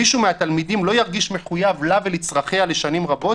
מישהו מהתלמידים לא ירגיש מחויב לה ולצרכיה לשנים רבות?